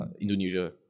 Indonesia